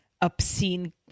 Obscene